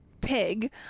pig